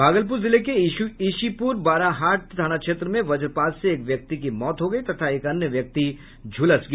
भागलपुर जिले के ईशीपुर बाराहाट थाना क्षेत्र में वजपात से एक वृद्ध की मौत हो गई तथा एक अन्य व्यक्ति झुलस गया